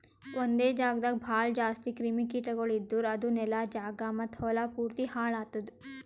ಒಂದೆ ಜಾಗದಾಗ್ ಭಾಳ ಜಾಸ್ತಿ ಕ್ರಿಮಿ ಕೀಟಗೊಳ್ ಇದ್ದುರ್ ಅದು ನೆಲ, ಜಾಗ ಮತ್ತ ಹೊಲಾ ಪೂರ್ತಿ ಹಾಳ್ ಆತ್ತುದ್